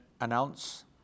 announce